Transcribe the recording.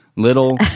little